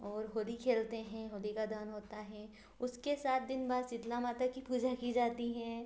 और होली खेलते हैं होदिका दहन होता है उसके साथ दिनभर शीतला माता कि पूजा कि जाती हैं